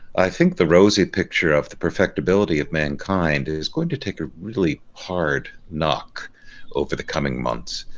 i think the rosy picture of the perfectibility of mankind is going to take a really hard knock over the coming months